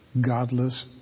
godless